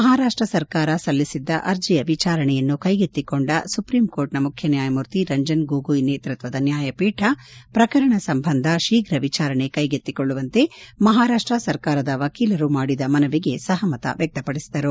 ಮಹಾರಾಷ್ಟ ಸರ್ಕಾರ ಸಲ್ಲಿಸಿದ್ದ ಅರ್ಜಿಯ ವಿಚಾರಣೆಯನ್ನು ಕೈಗೆತ್ತಿಕೊಂಡ ಸುಪ್ರೀಂ ಕೋರ್ಟ್ನ ಮುಖ್ಯನ್ಕಾಯಮೂರ್ತಿ ರಂಜನ್ ಗೊಗೊಯ್ ನೇತೃತ್ವದ ನ್ಯಾಯಪೀಠ ಪ್ರಕರಣ ಸಂಬಂಧ ಶೀಪ್ರ ವಿಚಾರಣೆ ಕೈಗೆತ್ತಿಕೊಳ್ಳುವಂತೆ ಮಹಾರಾಷ್ಟ ಸರ್ಕಾರದ ವಕೀಲರು ಮಾಡಿದ ಮನವಿಗೆ ಸಹಮತಿ ವ್ಯಕ್ತಪಡಿಸಿದರು